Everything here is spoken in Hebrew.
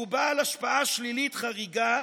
שהוא בעל השפעה שלילית חריגה,